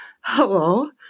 Hello